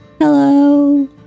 hello